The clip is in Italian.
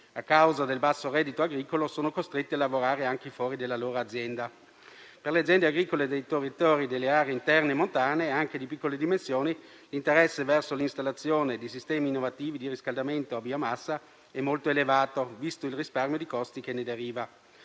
a causa del basso reddito agricolo, sono costretti a lavorare anche fuori della loro azienda. Tuttavia per le aziende agricole dei territori delle aree interne e montane, anche di piccole dimensioni, l'interesse verso l'installazione di sistemi innovativi di riscaldamento a biomassa è molto elevato visto il risparmio di costi che ne deriva,